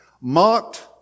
Mocked